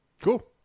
cool